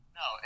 no